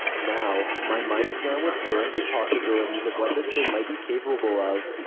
now? my mind swam with horrific possibilities of what this thing might be capable of,